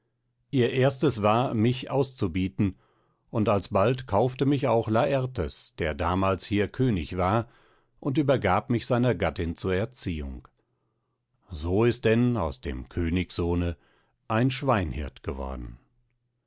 ihr erstes war mich auszubieten und alsbald kaufte mich auch lartes der damals hier könig war und übergab mich seiner gattin zur erziehung so ist denn aus dem königssohne ein schweinhirt geworden